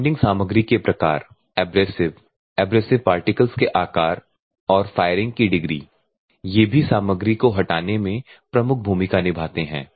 bonding सामग्री के प्रकार एब्रेसिव एब्रेसिव पार्टिकल्स के आकार और फायरिंग की डिग्री ये भी सामग्री को हटाने में प्रमुख भूमिका निभाते हैं